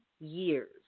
years